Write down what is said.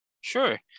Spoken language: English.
Sure